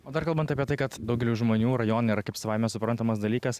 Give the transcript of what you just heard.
o dar kalbant apie tai kad daugeliui žmonių rajonai yra kaip savaime suprantamas dalykas